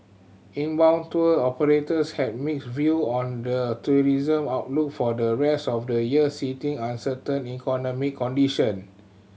inbound tour operators had mixed view on the tourism outlook for the rest of the year citing uncertain economic condition